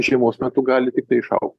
žiemos metu gali tiktai išau